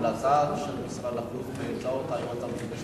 ההמלצה של משרד החוץ באמצעות היועץ המשפטי